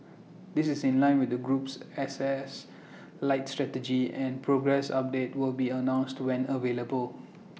this is in line with the group's assets light strategy and progress updates will be announced to when available